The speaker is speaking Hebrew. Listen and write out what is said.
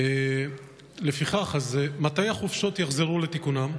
לפיכך, מתי החופשות יחזרו לתיקונן?